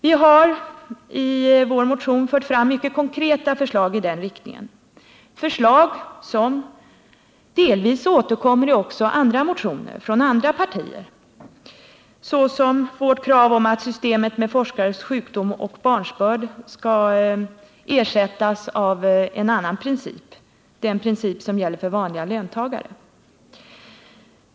Vi har i vår motion fört fram mycket konkreta förslag i den riktningen, förslag som delvis återkommer också i motioner från andra partier. Det gäller t.ex. vårt krav om att det system som gäller vid forskares barnsbörd och sjukdom skall ersättas av samma princip som gäller för vanliga löntagare.